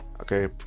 Okay